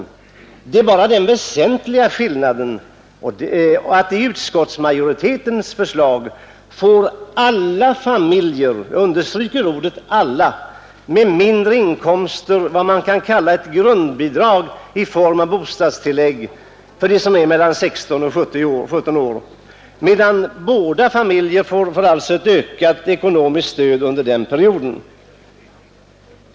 Den väsentliga skillnaden mellan förslagen är nämligen den att enligt utskottsmajoritetens förslag får alla familjer — jag understyker ordet alla — med mindre inkomster vad man kan kalla ett grundbidrag i form av bostadstillägg för de barn som är mellan 16 och 17 år, medan det borgerliga förslaget bara ger vissa familjer ett studiestöd under den perioden.